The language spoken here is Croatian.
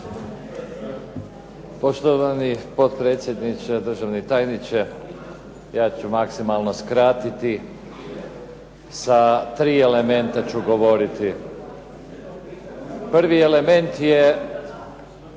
Poštovani potpredsjedniče, državni tajniče. Ja ću maksimalno skratiti. Sa tri elementa ću govoriti. Prvi element je